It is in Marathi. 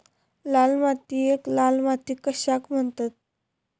लाल मातीयेक लाल माती कशाक म्हणतत?